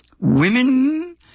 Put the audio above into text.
women